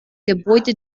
gebäude